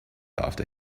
after